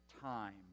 time